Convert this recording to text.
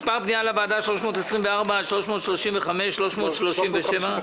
מס' פנייה לוועדה 324 עד 335, 337,